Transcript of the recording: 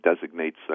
designates